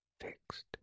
fixed